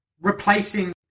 replacing